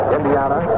Indiana